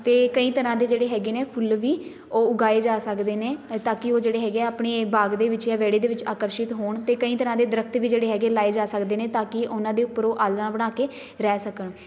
ਅਤੇ ਕਈ ਤਰ੍ਹਾਂ ਦੇ ਜਿਹੜੇ ਹੈਗੇ ਨੇ ਫੁੱਲ ਵੀ ਉਹ ਉਗਾਏ ਜਾ ਸਕਦੇ ਨੇ ਤਾਂ ਕਿ ਉਹ ਜਿਹੜੇ ਹੈਗੇ ਆ ਆਪਣੇ ਬਾਗ ਦੇ ਵਿੱਚ ਜਾਂ ਵਿਹੜੇ ਦੇ ਵਿੱਚ ਆਕਰਸ਼ਿਤ ਹੋਣ ਅਤੇ ਕਈ ਤਰ੍ਹਾਂ ਦੇ ਦਰਖਤ ਵੀ ਜਿਹੜੇ ਹੈਗੇ ਲਾਏ ਜਾ ਸਕਦੇ ਨੇ ਤਾਂ ਕਿ ਉਹਨਾਂ ਦੇ ਉੱਪਰੋਂ ਆਲ੍ਹਣਾ ਬਣਾ ਕੇ ਰਹਿ ਸਕਣ